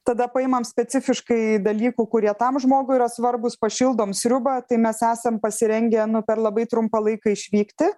tada paimam specifiškai dalykų kurie tam žmogui yra svarbūs pašildom sriubą mes esam pasirengę nu per labai trumpą laiką išvykti